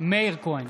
מאיר כהן,